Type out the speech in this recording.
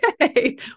okay